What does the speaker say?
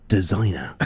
Designer